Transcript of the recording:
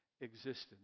existence